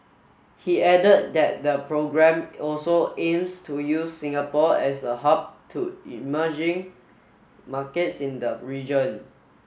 he added that the programme also aims to use Singapore as a hub to emerging markets in the region